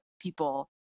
people